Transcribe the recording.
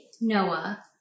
Noah